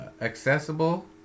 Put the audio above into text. accessible